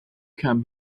come